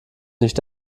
nicht